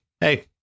Hey